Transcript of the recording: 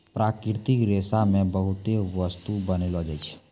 प्राकृतिक रेशा से बहुते बस्तु बनैलो जाय छै